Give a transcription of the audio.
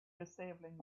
disabling